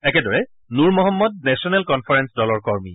একদৰে Nur Mohammad National Conference দলৰ কৰ্মী